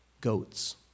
goats